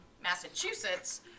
Massachusetts